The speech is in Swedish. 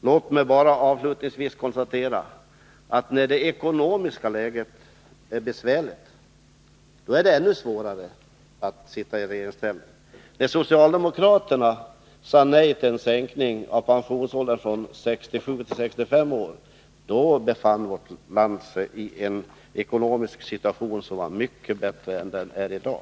Låt mig avslutningsvis bara konstatera att när det ekonomiska läget är besvärligt är det ännu svårare att sitfa i regeringsställning. När socialdemokraterna sade nej till en sänkning av pensionsåldern från 67 till 65 år befann sig vårt land i en ekonomisk situation som var mycket bättre än den vi har i dag.